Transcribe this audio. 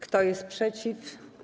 Kto jest przeciw?